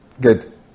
Good